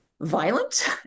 Violent